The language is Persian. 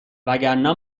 وگرنه